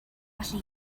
allu